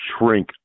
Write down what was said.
shrink